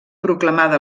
proclamada